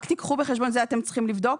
רק תיקחו בחשבון, זה אתם צריכים לבדוק,